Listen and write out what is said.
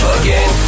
again